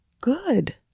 Good